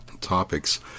topics